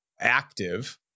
active